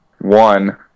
one